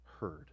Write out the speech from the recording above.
heard